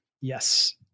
yes